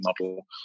model